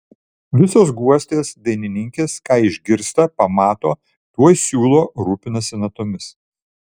visos guostės dainininkės ką išgirsta pamato tuoj siūlo rūpinasi natomis